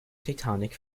titanic